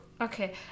Okay